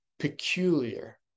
peculiar